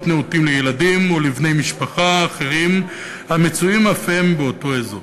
נאותים לילדים ולבני משפחה אחרים הנמצאים אף הם באותו אזור.